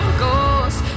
ghost